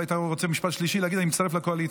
אולי אתה רוצה להגיד משפט שלישי: אני מצטרף לקואליציה.